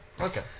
Okay